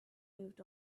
moved